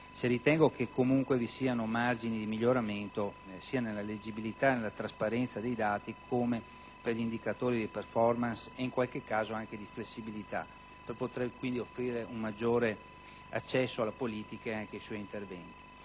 ritengo che comunque vi siano margini di miglioramento sia nella leggibilità che nella trasparenza dei dati, come avviene per gli indicatori di *performance* e in qualche caso anche di flessibilità, per poter offrire quindi maggiore accesso alla politica e ai suoi interventi.